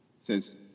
Says